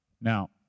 Now